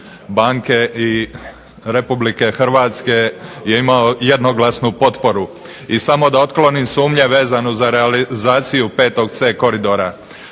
banke i Republike Hrvatske je imao jednoglasnu potporu. I samo da otklonim sumnje vezano za realizaciju VC koridora.